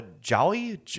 jolly